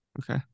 Okay